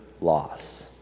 loss